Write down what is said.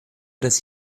das